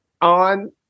on